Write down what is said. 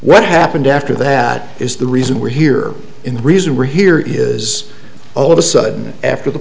what happened after that is the reason we're here in the reason we're here is all of a sudden after the